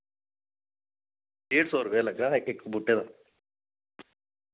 डेढ़ सौ रपेआ लग्गा हा इक इक बूह्टे दा